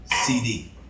CD